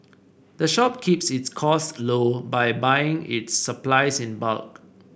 the shop keeps its costs low by buying its supplies in bulk